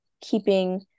keeping